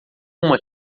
uma